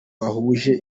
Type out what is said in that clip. bahuje